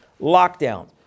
lockdowns